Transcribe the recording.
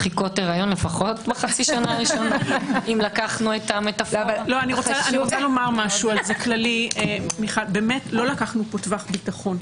לא לקחנו פה טווח ביטחון,